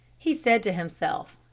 he said to himself,